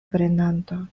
prenanto